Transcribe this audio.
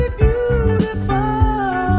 beautiful